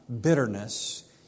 bitterness